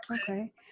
okay